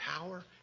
power